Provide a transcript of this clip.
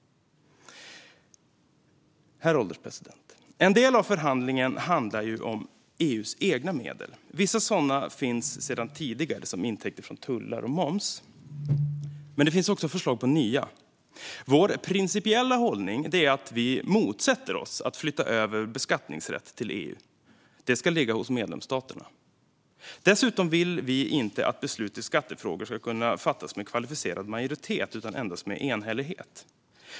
Herr ålderspresident! En del av förhandlingen handlar om EU:s egna medel. Vissa sådana finns sedan tidigare, såsom intäkter från tullar och moms. Men det finns också förslag på nya. Vår principiella hållning är att vi motsätter oss att flytta över beskattningsrätt till EU. Det ska ligga hos medlemsstaterna. Dessutom vill vi inte att beslut i skattefrågor ska kunna fattas med kvalificerad majoritet utan endast med enhällighet.